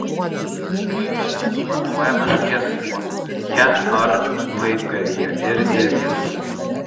pirmuoju metodu matuojamas skersmuo viduryje ar laibgalyje ir ilgis